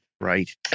Right